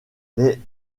les